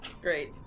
Great